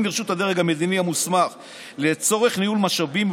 לרשות הדרג המדיני המוסמך לצורך ניהול משאבים,